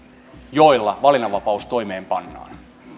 joilla valinnanvapaus toimeenpannaan